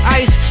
ice